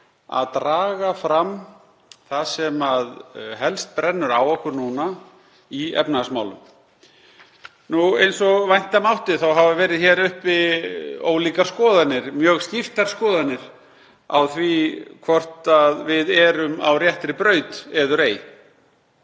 að draga fram það sem helst brennur á okkur núna í efnahagsmálum. Eins og vænta mátti hafa verið uppi ólíkar skoðanir, mjög skiptar skoðanir á því hvort við erum á réttri braut eður ei.